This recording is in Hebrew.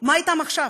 מה אתם עכשיו?